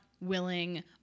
willing